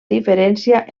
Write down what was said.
diferència